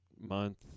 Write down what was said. month